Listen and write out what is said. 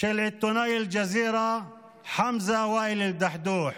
של עיתונאי אל-ג'זירה חמזה ואאל א-דחדוח.